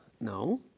No